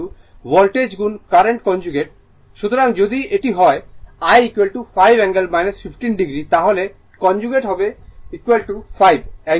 সুতরাং যদি এটি হয় I 5 অ্যাঙ্গেল 15o তাহলে I কনজুগেট হবে 5 অ্যাঙ্গেল 15o